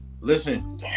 listen